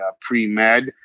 pre-med